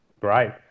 great